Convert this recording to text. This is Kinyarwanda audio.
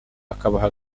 akabaha